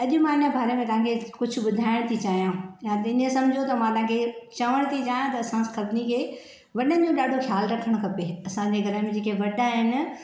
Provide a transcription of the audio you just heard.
अॼु मां हिन ॿारे में तव्हांखे कुझु ॿुधाइण थी चाहियां या त हीअं समिझो त मां तव्हांखे चवणु थी चाहियां त असां सभिनी खे वॾनि जो ॾाढो ख़्यालु रखणु खपे असांजे घर में जेके वॾा आहिनि